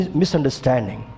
misunderstanding